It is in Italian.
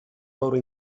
loro